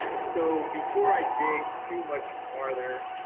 so, before i dig too much farther,